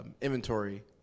inventory